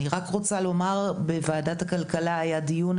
אני רק רוצה לומר בוועדת הכלכלה היה דיון.